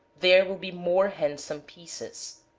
there will be more handsome pieces.